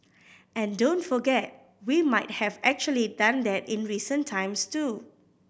and don't forget we might have actually done that in recent times too